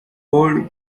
paul